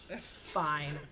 Fine